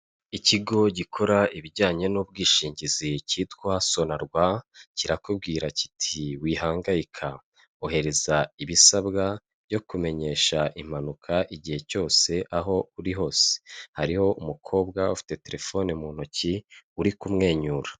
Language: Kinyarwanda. Ikigo gikora ibijyanye n'ubwishingizi cyitwa SONARWA kirakubwira kiti "wihangayika ohereza ibisabwa byo kumenyesha impanuka igihe cyose, aho uri hose" hariho umukobwa ufite telefone mu ntoki uri kumwenyura.